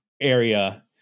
area